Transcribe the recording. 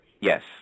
yes